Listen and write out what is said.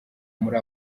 muri